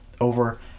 over